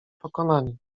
pokonani